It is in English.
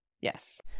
Yes